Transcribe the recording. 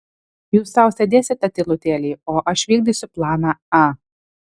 jūs sau sėdėsite tylutėliai o aš vykdysiu planą a